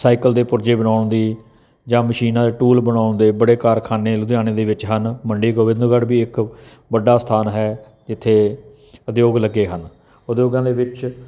cycle ਦੇ ਪੁਰਜੇ ਬਣਾਉਣ ਦੀ ਜਾਂ ਮਸ਼ੀਨਾਂ ਦੇ ਟੂਲ ਬਣਾਉਣ ਦੇ ਬੜੇ ਕਾਰਖਾਨੇ ਲੁਧਿਆਣੇ ਦੇ ਵਿੱਚ ਹਨ ਮੰਡੀ ਗੋਬਿੰਦਗੜ੍ਹ ਵੀ ਇੱਕ ਵੱਡਾ ਸਥਾਨ ਹੈ ਜਿੱਥੇ ਉਦਯੋਗ ਲੱਗੇ ਹਨ ਉਦਯੋਗਾਂ ਦੇ ਵਿੱਚ